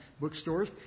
bookstores